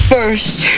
First